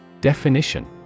Definition